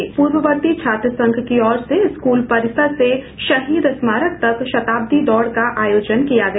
इधर पूर्ववर्ती छात्र संघ की ओर से स्कूल परिसर से शहीद स्मारक तक शताब्दी दौड़ का आयोजन किया गया